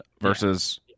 versus